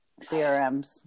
CRMs